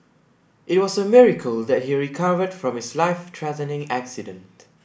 it was a miracle that he recovered from his life threatening accident